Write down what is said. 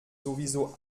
sowieso